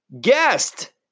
Guest